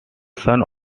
son